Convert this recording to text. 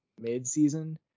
mid-season